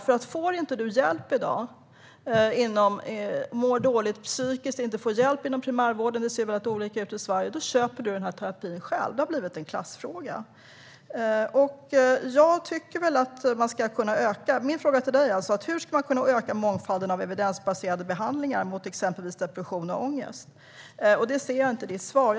Om man mår psykiskt dåligt i dag och inte får hjälp inom primärvården, där det ser olika ut i Sverige, köper man terapin själv. Min fråga till ministern är: Hur kan man öka mångfalden av evidensbaserade behandlingar mot exempelvis depression och ångest? Jag ser inget av detta i hans svar.